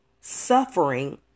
suffering